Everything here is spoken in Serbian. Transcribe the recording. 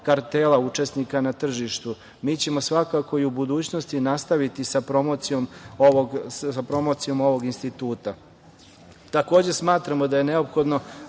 kartela, učesnika na tržištu. Mi ćemo svakako i u budućnosti nastaviti sa promocijom ovog instituta. Takođe, smatramo da je neophodno